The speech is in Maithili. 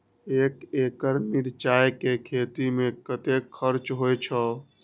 एक एकड़ मिरचाय के खेती में कतेक खर्च होय छै?